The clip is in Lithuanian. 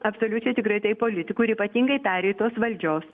absoliučiai tikrai taip politikų ir ypatingai pereitos valdžios